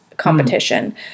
competition